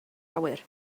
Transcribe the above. awyr